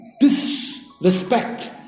disrespect